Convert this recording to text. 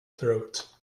throat